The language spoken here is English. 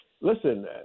Listen